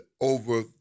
over